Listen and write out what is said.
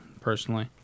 personally